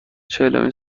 چهلمین